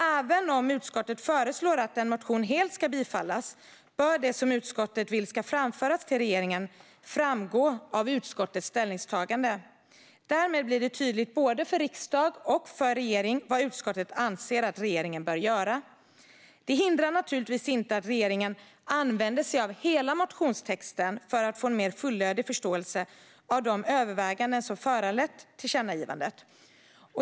Även om utskottet föreslår att en motion helt ska bifallas bör det som utskottet vill ska framföras till regeringen framgå av utskottets ställningstagande. Därmed blir det tydligt både för riksdag och för regering vad utskottet anser att regeringen bör göra. Det hindrar naturligtvis inte att regeringen använder sig av hela motionstexten för att få en mer fullödig förståelse av de överväganden som har föranlett tillkännagivandet.